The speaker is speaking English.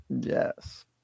Yes